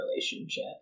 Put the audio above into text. relationship